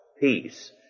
Peace